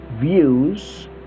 views